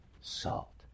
salt